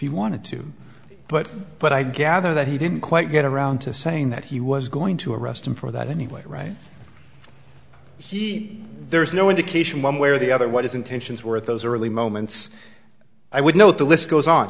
you wanted to but but i gather that he didn't quite get around to saying that he was going to arrest him for that anyway right he there is no indication one way or the other what his intentions were at those early moments i would note the list goes on